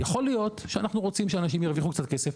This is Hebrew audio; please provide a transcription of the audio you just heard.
יכול להיות שאנחנו רוצים שאנשים ירוויחו קצת כסף,